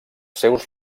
seus